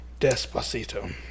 Despacito